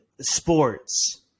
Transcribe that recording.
sports